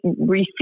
receive